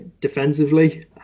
defensively